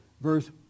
verse